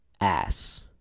ass